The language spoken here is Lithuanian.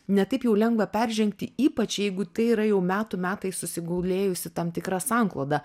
ne taip jau lengva peržengti ypač jeigu tai yra jau metų metais susigulėjusi tam tikra sankloda